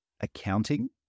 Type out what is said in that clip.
accounting